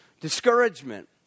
discouragement